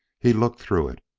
he looked through it,